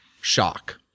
shock